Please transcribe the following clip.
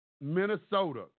Minnesota